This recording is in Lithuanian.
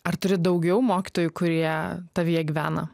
ar turi daugiau mokytojų kurie tavyje gyvena